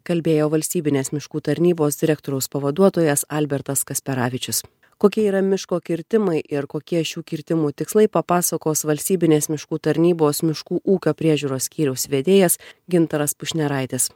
kalbėjo valstybinės miškų tarnybos direktoriaus pavaduotojas albertas kasperavičius kokie yra miško kirtimai ir kokie šių kirtimų tikslai papasakos valstybinės miškų tarnybos miškų ūkio priežiūros skyriaus vedėjas gintaras pušneraitis